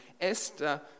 Esther